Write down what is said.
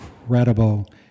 incredible